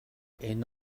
энэ